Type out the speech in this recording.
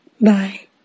Bye